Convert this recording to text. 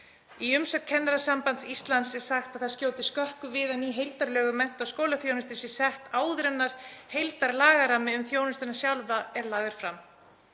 Í umsögn Kennarasambands Íslands er sagt að það skjóti skökku við að ný heildarlög um mennta- og skólaþjónustu séu sett áður en heildarlagarammi um þjónustuna sjálfa er lagður fram.